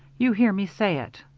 you hear me say it.